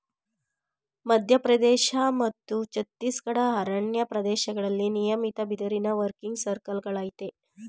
ಮಧ್ಯಪ್ರದೇಶ ಮತ್ತು ಛತ್ತೀಸ್ಗಢದ ಅರಣ್ಯ ಪ್ರದೇಶ್ದಲ್ಲಿ ನಿಯಮಿತ ಬಿದಿರಿನ ವರ್ಕಿಂಗ್ ಸರ್ಕಲ್ಗಳಯ್ತೆ